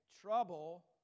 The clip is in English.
trouble